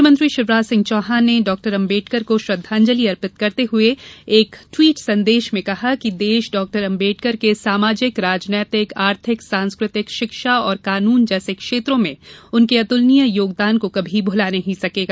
मुख्यमंत्री शिवराज सिंह चौहान ने डॉक्टर अंबेडकर को श्रद्वांजलि अर्पित करते हुए एक ट्वीट संदेश में कहा कि देश डॉ अंबेडकर के सामाजिक राजनैतिक आर्थिक सांस्कृतिक शिक्षा और कानून जैसे क्षेत्रों में उनके अतुलनीय योगदान को कभी भुला नहीं सकेगा